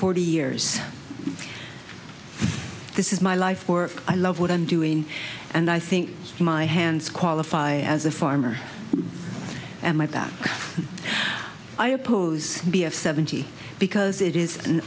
forty years this is my life work i love what i'm doing and i think my hands qualify as a farmer and my back i oppose b of seventy because it is an